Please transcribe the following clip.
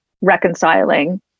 reconciling